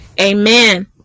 Amen